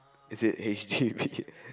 is it h_d_b